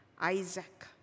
Isaac